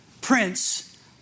Prince